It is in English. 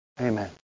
Amen